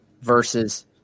versus